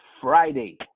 Friday